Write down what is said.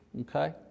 okay